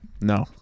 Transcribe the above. no